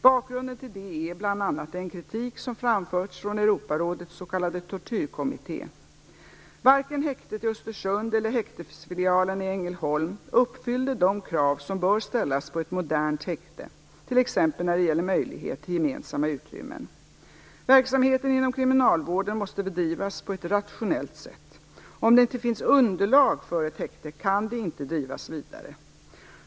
Bakgrunden till detta är bl.a. den kritik som framfördes från Europarådets s.k. tortyrkommitté. Varken häktet i Östersund eller häktesfilialen i Ängelholm uppfyllde de krav som bör ställas på ett modernt häkte, t.ex. när det gäller möjlighet till gemensamma utrymmen. Verksamheten inom kriminalvården måste bedrivas på ett rationellt sätt. Om det inte finns underlag för ett häkte kan det inte drivas vidare.